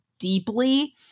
deeply